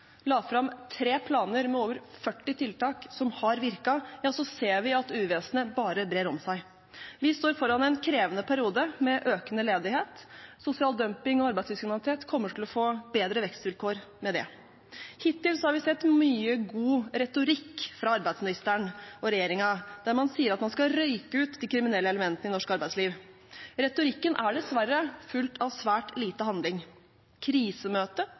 la fram tre planer med over 40 tiltak som har virket, ser vi at uvesenet bare brer om seg. Vi står foran en krevende periode med økende ledighet. Sosial dumping og arbeidslivskriminalitet kommer til å få bedre vekstvilkår med det. Hittil har vi sett mye god retorikk fra arbeidsministeren og regjeringen der man sier at man skal røyke ut de kriminelle elementene i norsk arbeidsliv. Retorikken er dessverre fulgt av svært lite handling.